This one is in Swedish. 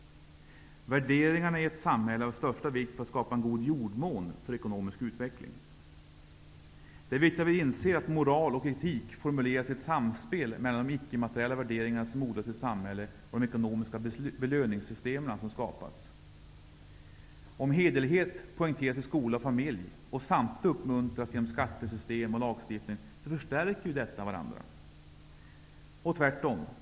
Värderingarna i ett samhälle är av största vikt för att skapa en god jordmån för ekonomisk utveckling. Det är viktigt att vi inser att moral och etik formuleras i ett samspel mellan de icke-materiella värderingar som odlas i ett samhälle och de ekonomiska belöningssystem som skapas. Om hederlighet poängteras i skola och familj och samtidigt uppmuntras genom skattesystem och lagstiftning förstärker de varandra.